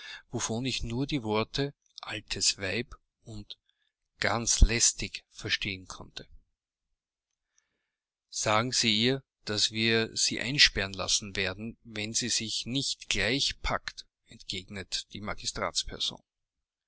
wovon ich nur die worte altes weib und ganz lästig verstehen konnte sagen sie ihr daß wir sie einsperren lassen werden wenn sie sich nicht gleich packt entgegnete die